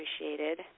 appreciated